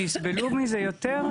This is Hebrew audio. שיסבלו מזה יותר,